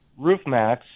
RoofMax